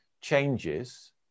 changes